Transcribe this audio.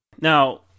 Now